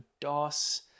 DOS